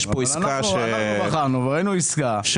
אנחנו בחנו וראינו עסקה.